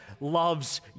loves